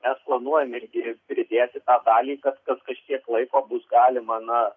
mes planuojam irgi pridėti tą dalį kad kas kažkiek laiko bus galima na